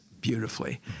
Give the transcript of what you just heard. beautifully